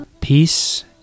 Peace